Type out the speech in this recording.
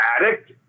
addict